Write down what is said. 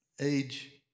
age